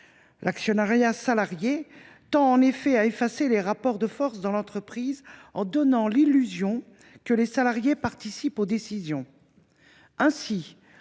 L’actionnariat salarié tend en effet à effacer les rapports de force dans l’entreprise en donnant l’illusion que les salariés participent aux décisions.